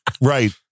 Right